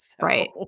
Right